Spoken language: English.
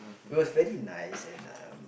it was very nice and um